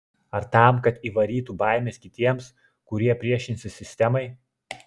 ar tam kad įvarytų baimės kitiems kurie priešinsis sistemai